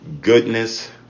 goodness